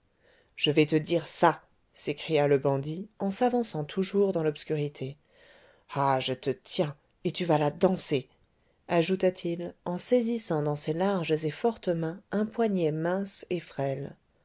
je vais te dire ça s'écria le bandit en s'avançant toujours dans l'obscurité ah je te tiens et tu vas la danser ajouta-t-il en saisissant dans ses larges et fortes mains un poignet mince et frêle